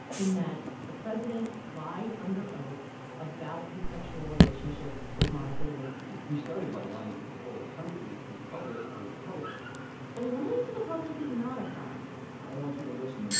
in that the president lied under oath about his sexual relationship with monica lewinsky he started by lying to the whole country in public, on television but lying to the public is not a crime i want you to listen to me.